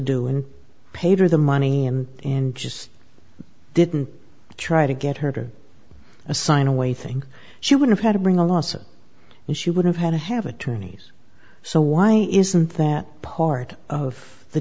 do and paid her the money and and just didn't try to get her a sign away thing she would have had to bring a lawsuit and she would have had to have attorneys so why isn't that part of the